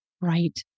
Right